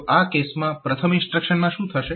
તો આ કેસમાં પ્રથમ ઇન્સ્ટ્રક્શનમાં શું થશે